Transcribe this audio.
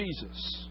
Jesus